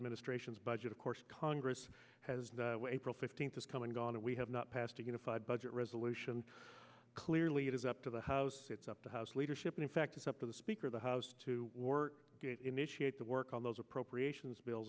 administration's budget of course congress has a pro fifteenth has come and gone and we have not passed a unified budget resolution clearly it is up to the house it's up the house leadership in fact it's up to the speaker of the house to war get initiate the work on those appropriations bill